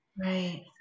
Right